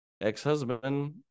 ex-husband